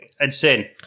Insane